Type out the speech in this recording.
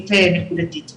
בתוכנית נקודתית